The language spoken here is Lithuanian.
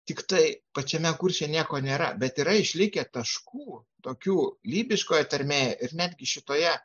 tiktai pačiame kurše nieko nėra bet yra išlikę taškų tokių lybiškoje tarmėje ir netgi šitoje